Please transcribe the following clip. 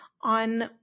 on